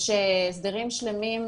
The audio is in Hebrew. יש הסדרים שלמים,